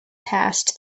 passed